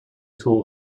tool